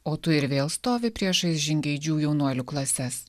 o tu ir vėl stovi priešais žingeidžių jaunuolių klases